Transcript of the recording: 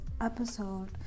episode